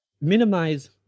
minimize